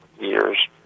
years